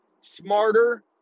smarter